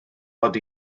mod